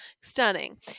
Stunning